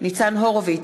ניצן הורוביץ,